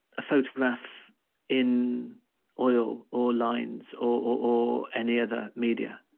a photograph in oil or lines, or any other media?